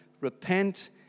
Repent